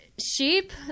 sheep